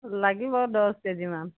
লাগিব দছ কেজিমান